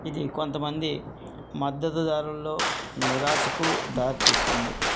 ఇది కొంతమంది మద్దతు దారులలో నిరాశకు దారితీస్తుంది